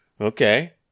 Okay